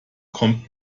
kommt